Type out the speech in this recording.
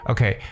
Okay